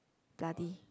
bloody